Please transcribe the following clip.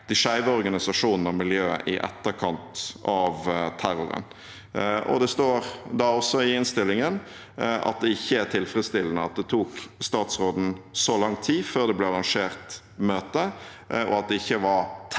de skeive organisasjonene og miljøet i etterkant av terroren, og det står også i innstillingen at det ikke er tilfredsstillende at det tok statsråden så lang tid før det ble arrangert et møte, og at det ikke var tettere